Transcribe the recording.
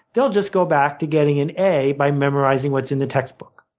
they'll just go back to getting an a by memorizing what's in the textbook.